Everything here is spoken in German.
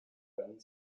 können